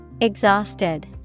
Exhausted